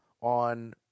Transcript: on